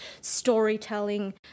storytelling